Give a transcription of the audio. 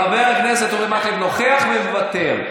חבר הכנסת אורי מקלב נוכח ומוותר.